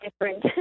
different